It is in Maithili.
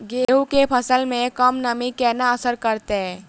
गेंहूँ केँ फसल मे कम नमी केना असर करतै?